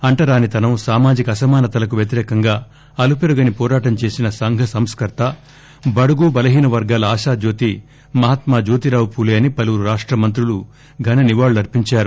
అంటరానితనం సామాజిక అసమానతలకు వ్యతిరేకంగా అలుపెరగని పోరాటం చేసిన సంఘ సంస్కర్త బడుగు బలహీన వర్గాల ఆశాజ్యోతి మహాత్మా జ్యోతిరావు పూలే అని పలువురు రాష్ట మంత్రులు ఘన నివాళులు అర్పించారు